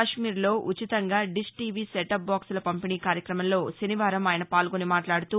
కశ్నీర్లో ఉచితంగా dish TV set top బాక్సుల పంపిణీ కార్యక్రమంలో ఆయన పాల్గొని మాట్లాడుతూ